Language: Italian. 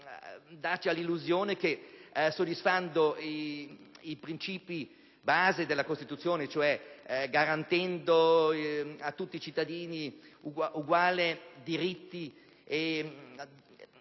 infatti illuderci che soddisfacendo i princìpi base della Costituzione, cioè garantendo a tutti i cittadini uguali diritti